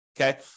okay